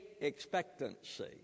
expectancy